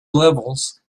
levels